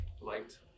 liked